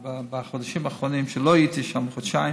בחודשים האחרונים, כשלא הייתי שם, בחודשיים,